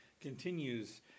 continues